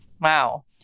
Wow